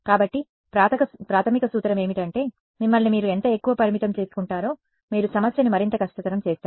కాబట్టి ప్రాథమిక సూత్రం ఏమిటంటే మిమ్మల్ని మీరు ఎంత ఎక్కువ పరిమితం చేసుకుంటారో మీరు సమస్యను మరింత కష్టతరం చేస్తారు